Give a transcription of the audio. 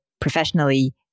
professionally